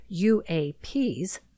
UAPs